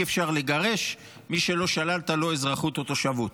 אי-אפשר לגרש מי שלא שללת לו אזרחות או תושבות.